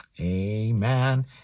Amen